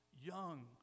young